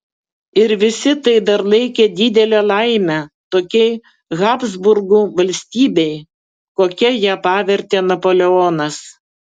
ir visi tai dar laikė didele laime tokiai habsburgų valstybei kokia ją pavertė napoleonas